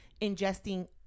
ingesting